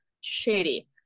shady